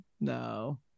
no